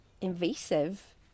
invasive